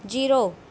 zero